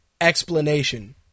explanation